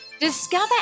Discover